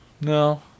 No